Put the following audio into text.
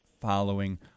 following